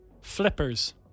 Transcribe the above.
flippers